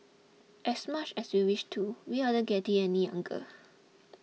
as much as we wish to we aren't getting any younger